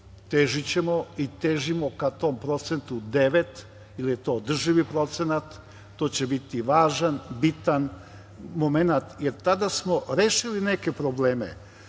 Težićemo i težimo ka tom procentu devet, jer je to održivi procenat. To će biti važan, bitan momenat, jer tada smo rešili neke probleme.